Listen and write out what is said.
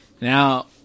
Now